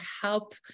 help